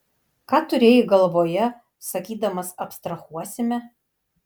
ką turėjai galvoje sakydamas abstrahuosime